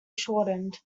shortened